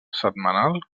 setmanal